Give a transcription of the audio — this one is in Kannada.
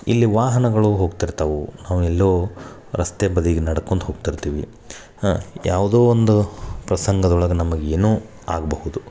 ಇಲ್ಲಿ ವಾಹನಗಳು ಹೋಗ್ತಿರ್ತವೆ ಅವು ಎಲ್ಲೋ ರಸ್ತೆ ಬದಿಗೆ ನಡ್ಕೊಂಡು ಹೋಗ್ತಿರ್ತೀವಿ ಯಾವುದೋ ಒಂದು ಪ್ರಸಂಗದೊಳಗೆ ನಮಗೆ ಏನೂ ಆಗಬಹುದು